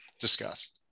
Discuss